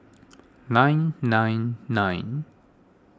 nine nine nine